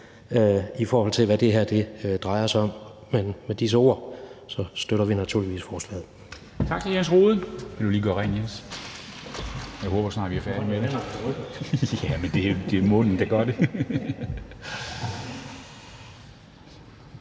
i forhold til hvad det her drejer sig om. Med disse ord støtter vi naturligvis forslaget.